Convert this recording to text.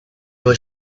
was